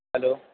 hello